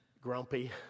grumpy